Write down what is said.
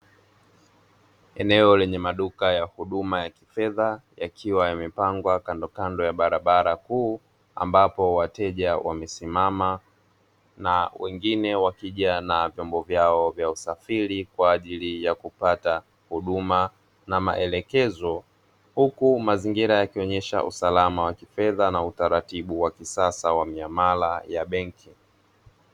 Eneo lenye maduka ya huduma ya kifedha yakiwa yamepangwa kandokando ya barabara kuu, ambapo wateja wamesimama na wengine wakija na vyombo vyao vya usafiri kwa ajili ya kupata huduma na maelekezo huku mazingira yakionyesha usalama wa kifedha na utaratibu wa kisasa wa miamala ya benki.